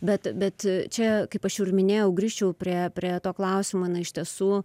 bet bet čia kaip aš jau ir minėjau grįžčiau prie prie to klausimo na iš tiesų